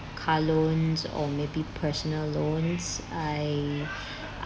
car loans or maybe personal loans I